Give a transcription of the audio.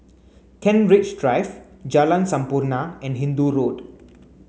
Kent Ridge Drive Jalan Sampurna and Hindoo Road